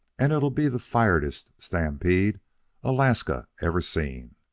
and it'd be the all-firedest stampede alaska ever seen.